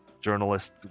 journalist